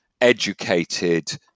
educated